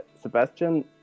Sebastian